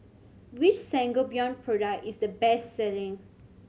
which Sangobion product is the best selling